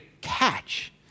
catch